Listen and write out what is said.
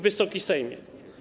Wysoki Sejmie!